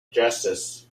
justice